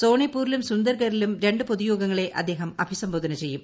സൊണെപൂരിലും സുന്ദർഗറിലും രണ്ട് പൊതുയോഗങ്ങളെ അദ്ദേഹം അഭിസംബോധന ചെയ്യും